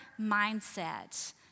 mindset